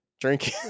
drink